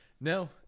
no